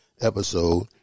episode